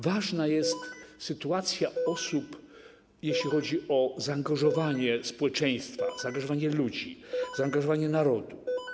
Ważna jest sytuacja osób, jeśli chodzi o zaangażowanie społeczeństwa, zaangażowanie ludzi, zaangażowanie narodu.